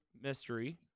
mystery